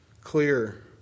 clear